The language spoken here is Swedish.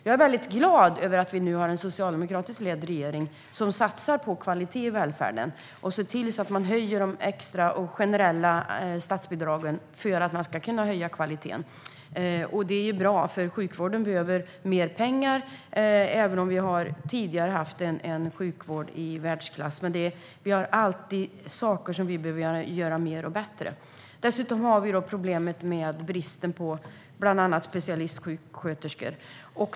Jag är mycket glad över att vi nu har en socialdemokratiskt ledd regering som satsar på kvalitet i välfärden och ser till att man höjer de extra och generella statsbidragen för att man ska kunna höja kvaliteten. Det är bra, för sjukvården behöver mer pengar. Även om vi tidigare har haft en sjukvård i världsklass finns det alltid saker som vi behöver göra mer och bättre. Dessutom har vi problemet med bristen på bland annat specialistsjuksköterskor.